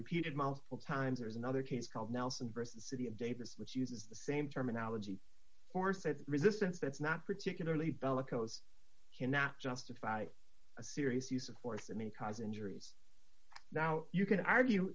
repeated multiple times there's another case called nelson versus the city of davis which uses the same terminology for say resistance that's not particularly bellicose cannot justify a serious use of force and may cause injuries now you can argue